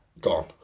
gone